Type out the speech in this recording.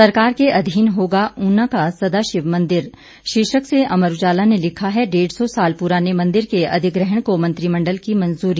सरकार के अधीन होगा ऊना का सदाशिव मंदिर शीर्षक से अमर उजाला ने लिखा है डेढ़ सौ साल पुराने मंदिर के अधिग्रहण को मंत्रिमंडल की मंजूरी